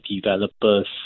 developers